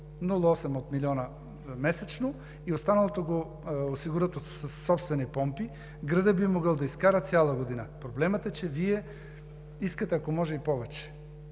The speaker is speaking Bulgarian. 0,8 от милиона месечно, и останалото го осигурят със собствени помпи, градът би могъл да изкара цяла година. Проблемът е, че Вие искате, ако може, и повече.